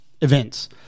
events